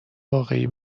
واقعی